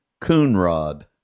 Coonrod